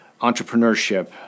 entrepreneurship